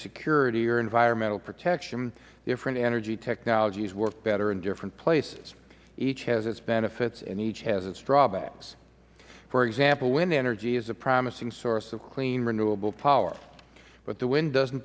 security or environment protection different energy technologies work better in different places each has its benefits and each has its drawbacks for example wind energy is a promising source of clean renewable power but the wind